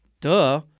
duh